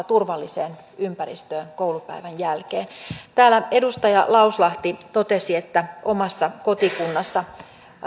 turvalliseen ympäristöön koulupäivän jälkeen täällä edustaja lauslahti totesi että omassa kotikunnassa